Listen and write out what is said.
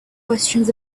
questions